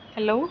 hello